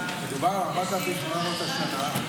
מדובר על 4,800 השנה,